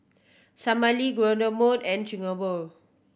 Salami and Chigenabe